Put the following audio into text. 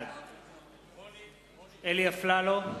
בעד אלי אפללו,